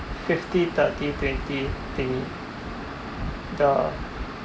fifty thirty twenty thing yeah